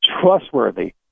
Trustworthy